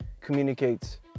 communicates